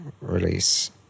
release